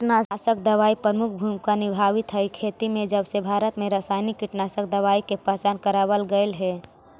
कीटनाशक दवाई प्रमुख भूमिका निभावाईत हई खेती में जबसे भारत में रसायनिक कीटनाशक दवाई के पहचान करावल गयल हे